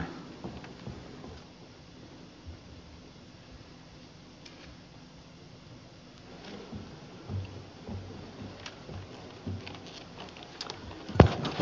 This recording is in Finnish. arvoisa puhemies